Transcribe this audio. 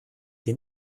den